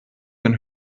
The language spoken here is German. den